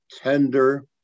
tender